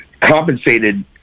compensated